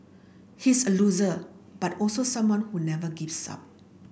he's a loser but also someone who never gives up